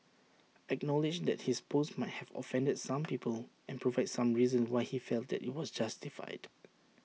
acknowledge that his post might have offended some people and provide some reasons why he felt that IT was justified